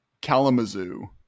Kalamazoo